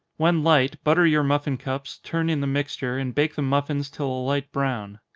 when light, butter your muffin cups, turn in the mixture, and bake the muffins till a light brown.